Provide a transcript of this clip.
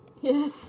Yes